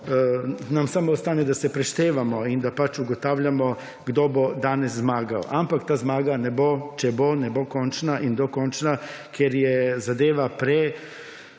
nam samo ostane, da se preštevamo in da ugotavljamo kdo bo danes zmagal, ampak ta zmaga ne bo, če bo ne bo končna in dokončna, ker je zadeva preresna,